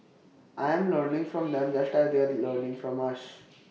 I am learning from them just as they are learning from us